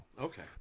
Okay